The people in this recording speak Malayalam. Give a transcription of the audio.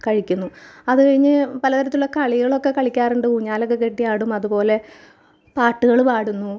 കഴിക്കുന്നു അതുകഴിഞ്ഞ് പല തരത്തിലുള്ള കളികളൊക്കെ കളിക്കാറുണ്ട് ഊഞ്ഞാലൊക്കെ കെട്ടി ആടും അതുപോലെ പാട്ടുകൾ പാടുന്നു